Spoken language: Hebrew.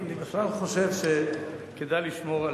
יש לי הרגשה שהיום לא היית צריך להשיב.